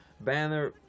Banner